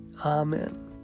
Amen